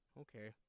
okay